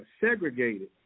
segregated